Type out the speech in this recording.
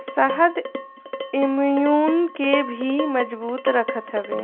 शहद इम्यून के भी मजबूत रखत हवे